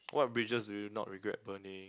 what bridges do you not regret burning